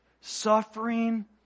suffering